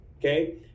okay